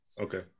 Okay